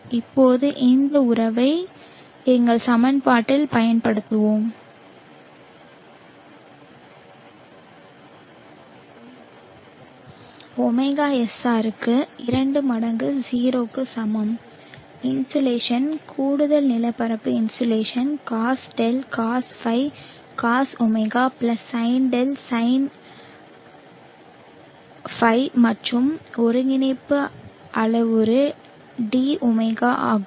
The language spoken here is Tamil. இப்போது இந்த உறவை எங்கள் சமன்பாட்டில் பயன்படுத்துவோம் ωSR க்கு 2 மடங்கு 0 க்கு சமம் இன்சோலேஷன் கூடுதல் நிலப்பரப்பு insolation cos δ cos φ cos ω sinδ sin φ மற்றும் ஒருங்கிணைப்பு அளவுரு dω ஆகும்